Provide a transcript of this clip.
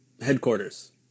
headquarters